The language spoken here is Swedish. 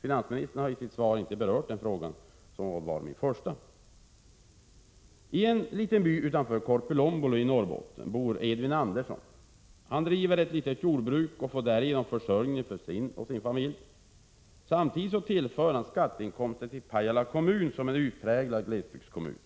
Finansministern har inte i sitt svar berört denna fråga, som var min första. I en liten by utanför Korpilombolo i Norrbotten bor Edvin Andersson. Han driver ett litet jordbruk och får därigenom försörjning för sig och sin familj. Samtidigt tillför han skatteinkomster till Pajala kommun, som är en utpräglad glesbygdskommun.